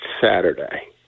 Saturday